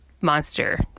Monster